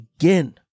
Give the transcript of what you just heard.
again